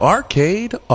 Arcade